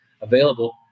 available